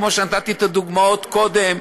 כמו שנתתי את הדוגמאות קודם: